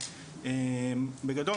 בגדול,